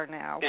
now